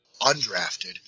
undrafted